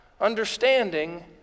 understanding